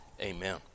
amen